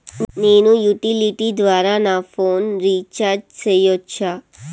నేను యుటిలిటీ ద్వారా నా ఫోను రీచార్జి సేయొచ్చా?